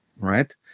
right